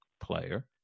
player